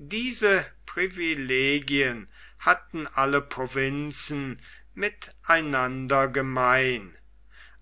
diese privilegien hatten alle provinzen mit einander gemein